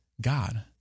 God